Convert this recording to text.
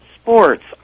sports